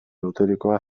loturikoa